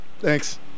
Thanks